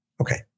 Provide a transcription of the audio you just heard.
Okay